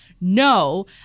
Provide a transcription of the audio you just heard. No